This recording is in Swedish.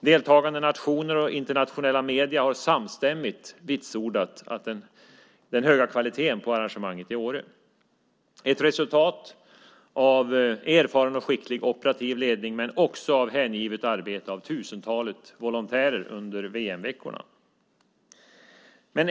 Deltagande nationer och internationella medier har samstämmigt vitsordat den höga kvaliteten på arrangemanget i Åre. Det är ett resultat av erfaren och skicklig operativ ledning men också av hängivet arbete av tusentalet volontärer under VM-veckorna.